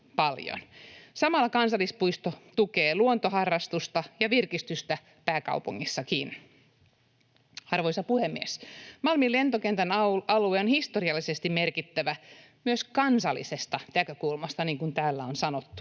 Samalla kansallispuisto tukee luontoharrastusta ja virkistystä pääkaupungissakin. Arvoisa puhemies! Malmin lentokentän alue on historiallisesti merkittävä myös kansallisesta näkökulmasta, niin kuin täällä on sanottu.